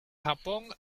japón